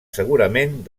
segurament